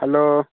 hello